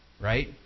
right